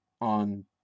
on